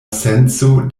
senco